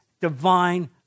divine